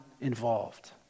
involved